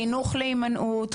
חינוך להימנעות,